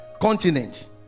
continent